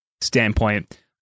standpoint